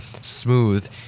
smooth